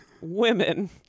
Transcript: women